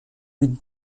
with